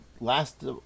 last